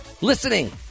Listening